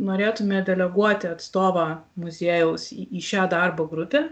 norėtume deleguoti atstovą muziejaus į šią darbo grupę